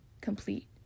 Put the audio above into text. complete